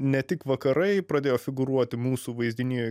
ne tik vakarai pradėjo figūruoti mūsų vaizdinyjoj